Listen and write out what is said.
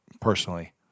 personally